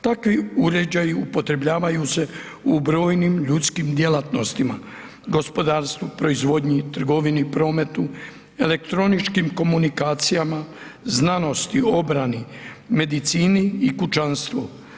Takvi uređaji upotrebljavaju se u brojnim ljudskim djelatnostima, gospodarstvu, proizvodnji, trgovini, prometu, elektroničkim komunikacijama, znanosti, obrani, medicini i kućanstvu.